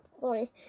sorry